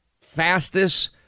fastest